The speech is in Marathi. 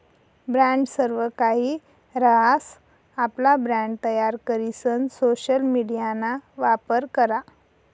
ब्रॅण्ड सर्वकाहि रहास, आपला ब्रँड तयार करीसन सोशल मिडियाना वापर करा